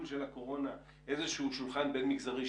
של הקורונה איזה שהוא שולחן בין מגזרי,